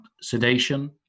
sedation